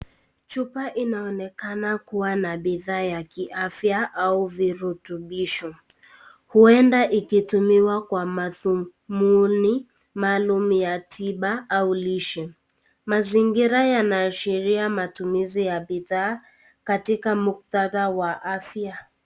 Chupa inaonekana kuwa na bidhaa ya kiafya au virutubisho, ueda ikitumiwa kwa madhumuni maalum ya tiba au lishe. Mazingira yanaashiria matumizi ya bidhaa katika muktadha wa afya.